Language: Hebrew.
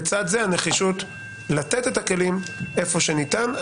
לצד זה הנחישות לתת את הכלים איפה שניתן.